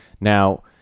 Now